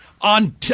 on